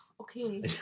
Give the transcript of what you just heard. Okay